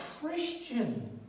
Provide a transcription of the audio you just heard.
Christian